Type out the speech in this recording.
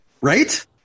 Right